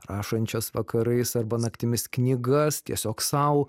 rašančias vakarais arba naktimis knygas tiesiog sau